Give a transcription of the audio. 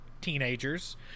teenagers